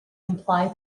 imply